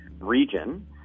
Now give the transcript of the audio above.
region